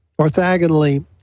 orthogonally